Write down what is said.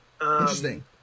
Interesting